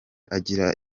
agira